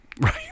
Right